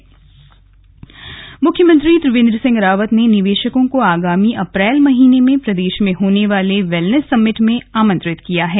CM Mumbai मुख्यमंत्री त्रिवेन्द्र सिंह रावत ने निवेशकों को आगामी अप्रैल महीने में प्रदेश में होने वाले वेलनेस समिट में आमंत्रित किया है